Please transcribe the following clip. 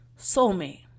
soulmate